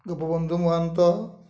Gopabandhu Mahanta